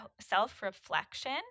self-reflection